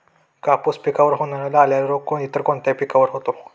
कापूस पिकावर होणारा लाल्या रोग इतर कोणत्या पिकावर होतो?